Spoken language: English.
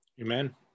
Amen